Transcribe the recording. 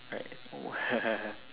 right oh